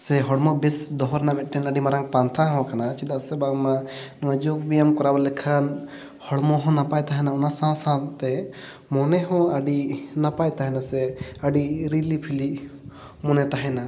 ᱥᱮ ᱦᱚᱲᱚᱢ ᱵᱮᱥ ᱫᱚᱦᱚ ᱨᱮᱱᱟᱜ ᱢᱤᱫᱴᱮᱱ ᱟᱹᱰᱤ ᱢᱟᱨᱟᱝ ᱯᱟᱱᱛᱷᱟ ᱦᱚᱸ ᱠᱟᱱᱟ ᱪᱮᱫᱟᱜ ᱥᱮ ᱵᱟᱝᱢᱟ ᱱᱚᱣᱟ ᱡᱳᱜᱽ ᱵᱮᱭᱟᱢ ᱠᱚᱨᱟᱣ ᱞᱮᱠᱷᱟᱱ ᱦᱚᱲᱢᱚ ᱦᱚᱸ ᱱᱟᱯᱟᱭ ᱛᱟᱦᱮᱱᱟ ᱚᱱᱟ ᱥᱟᱶᱼᱥᱟᱶᱛᱮ ᱢᱚᱱᱮ ᱦᱚᱸ ᱟᱹᱰᱤ ᱱᱟᱯᱟᱭ ᱛᱟᱦᱮᱱᱟ ᱥᱮ ᱟᱹᱰᱤ ᱨᱤᱞᱤᱯᱷᱤᱞᱤ ᱢᱚᱱᱮ ᱛᱟᱦᱮᱱᱟ